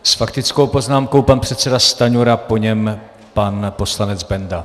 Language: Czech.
S faktickou poznámkou pan předseda Stanjura, po něm pan poslanec Benda.